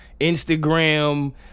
Instagram